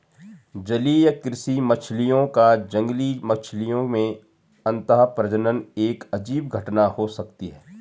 जलीय कृषि मछलियों का जंगली मछलियों में अंतःप्रजनन एक अजीब घटना हो सकती है